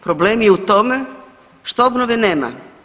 Problem je u tome što obnove nema.